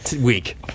week